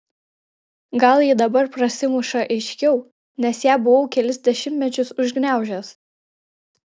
gal ji dabar prasimuša aiškiau nes ją buvau kelis dešimtmečius užgniaužęs